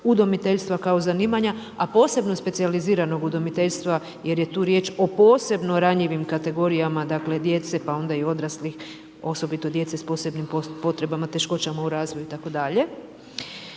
udomiteljstva kao zanimanja, a posebno specijaliziranog udomiteljstva jer je tu riječ o posebno ranjivim kategorijama djece, pa onda i odraslih, osobito djece s posebnim potrebama, teškoćama u razvoju itd.